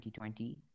2020